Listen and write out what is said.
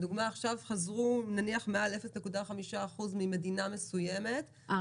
לדוגמה עכשיו חזרו נניח מעל 0.5% ממדינה מסוימת,